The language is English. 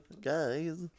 Guys